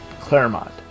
Claremont